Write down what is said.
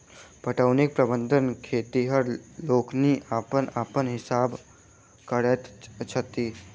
पटौनीक प्रबंध खेतिहर लोकनि अपन अपन हिसाबेँ करैत छथि